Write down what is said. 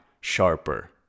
sharper